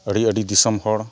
ᱟᱹᱰᱤ ᱟᱹᱰᱤ ᱫᱤᱥᱚᱢ ᱦᱚᱲ